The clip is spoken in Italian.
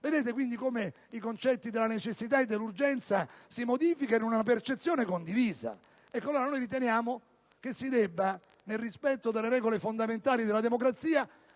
Vedete, quindi, come i concetti della necessità e dell'urgenza si modificano in una percezione condivisa. Noi riteniamo che si debba, nel rispetto delle regole fondamentali della democrazia,